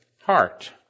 heart